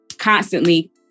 Constantly